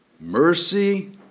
Mercy